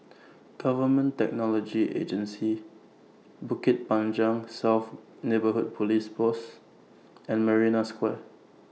Government Technology Agency Bukit Panjang South Neighbourhood Police Post and Marina Square